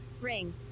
ring